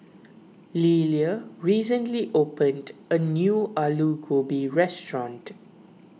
Lelia recently opened a new Alu Gobi restaurant